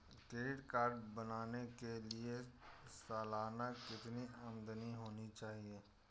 Credit card बनाने के लिए सालाना कितनी आमदनी होनी चाहिए?